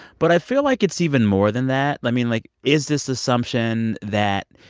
but i feel like it's even more than that. i mean, like, is this assumption that,